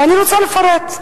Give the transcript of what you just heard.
ואני רוצה לפרט: